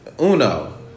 uno